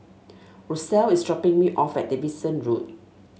Russel is dropping me off at Davidson Road